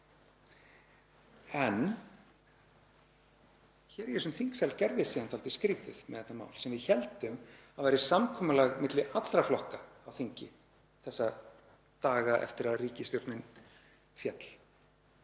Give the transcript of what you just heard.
En, hér í þessum þingsal gerðist síðan dálítið skrýtið með þetta mál, sem við héldum að væri samkomulag milli allra flokka á þingi þessa daga eftir að ríkisstjórnin féll.